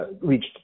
reached